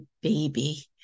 baby